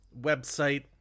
website